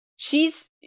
She's-